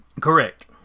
correct